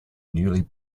newly